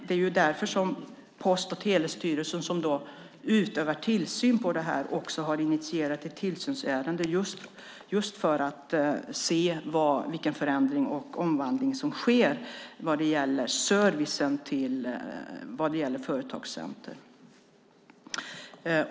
Det är därför som Post och telestyrelsen, som utövar tillsyn över detta, också har initierat ett tillsynsärende just för att se vilken förändring och omvandling som sker med servicen vad gäller företagscenter.